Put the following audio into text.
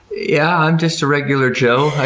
yeah, i'm just a regular joe,